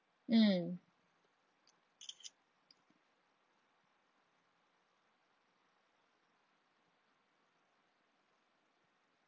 mm